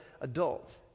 adult